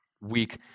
week